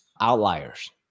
outliers